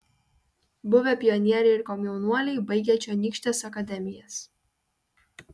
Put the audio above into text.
buvę pionieriai ir komjaunuoliai baigę čionykštes akademijas